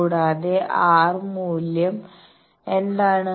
കൂടാതെ R മൂല്യം എന്താണ്